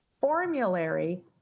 formulary